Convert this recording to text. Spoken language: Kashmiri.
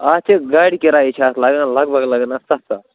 اَتھ چھِ گاڑِ کِرایی چھِ اَتھ لگان لَگ بَگ لَگَن اَتھ سَتھ ساس